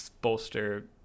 bolster